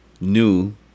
New